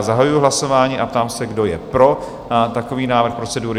Zahajuji hlasování a ptám se, kdo je pro takový návrh procedury?